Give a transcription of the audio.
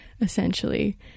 essentially